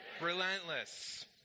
relentless